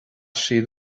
siad